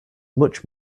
much